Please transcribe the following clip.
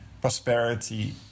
prosperity